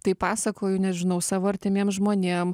tai pasakoju nežinau savo artimiem žmonėm